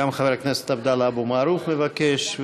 גם חבר הכנסת עבדאללה אבו מערוף מבקש,